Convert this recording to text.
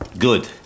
Good